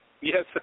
Yes